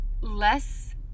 less